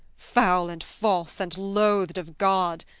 foul and false and loathed of god!